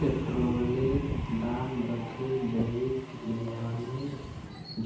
पेट्रोलेर दाम दखे जैविक ईंधनेर